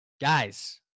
Guys